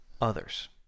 others